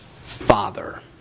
Father